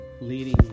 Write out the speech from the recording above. leading